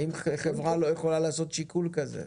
האם חברה לא יכולה לעשות שיקול כזה?